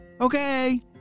Okay